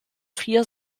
vier